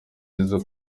izo